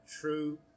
true